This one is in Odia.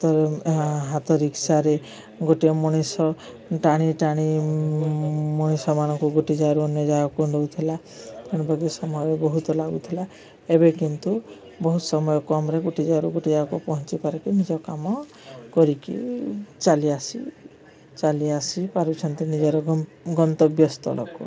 ହାତରେ ହାତ ରିକ୍ସାରେ ଗୋଟିଏ ମଣିଷ ଟାଣି ଟାଣି ମଣିଷମାନଙ୍କୁ ଗୋଟେ ଜାଗାରୁ ଅନ୍ୟ ଜାଗାକୁ ନଉଥିଲା ତେଣୁ କରି ସମୟ ବହୁତ ଲାଗୁଥିଲା ଏବେ କିନ୍ତୁ ବହୁତ ସମୟ କମରେ ଗୋଟେ ଜାଗାରୁ ଗୋଟେ ଜାଗାକୁ ପହଞ୍ଚିପାରିକି ନିଜ କାମ କରିକି ଚାଲି ଆସି ଚାଲି ଆସି ପାରୁଛନ୍ତି ନିଜର ଗ ଗନ୍ତବ୍ୟ ସ୍ଥଳକୁ